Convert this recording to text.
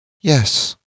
Yes